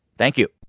thank you